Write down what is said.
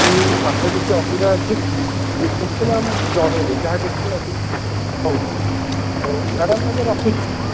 କି ପାଠରେ କିଛି ଅସୁବିଧା ଅଛି ନିଶ୍ଚିନ୍ତ ଆମକୁ ଜଣେଇବେ ଯାହାକିଛି ଅସୁବିଧା ହେଉଛି ହଉ ମ୍ୟାଡ଼ାମ ଏବେ ରଖୁଛି